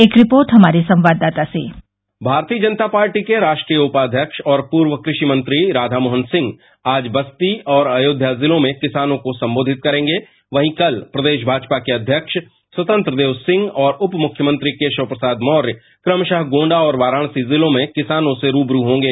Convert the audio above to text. एक रिपोर्ट हमारे संवाददाता की भारतीय जनता पार्टी के राष्ट्रीय उपाघ्यक्ष और पूर्व कृषि मंत्री राधामोहन सिंह आज बस्ती और अयोष्या जिलों में किसानों को संबोधित करेंगे वहीं कल प्रदेश भाजपा के अध्यक्ष स्वतंत्र देव सिंह और उपमुख्यमंत्री केराव प्रसाद मौर्य क्रमशः गोंडा और वाराणसी जिलों में किसानों से रूबरू होंगे